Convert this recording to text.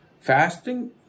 fasting